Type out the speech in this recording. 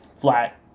flat